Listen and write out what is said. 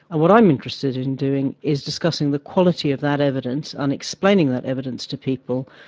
and what i'm interested in doing is discussing the quality of that evidence and explaining that evidence to people.